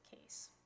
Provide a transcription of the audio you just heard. case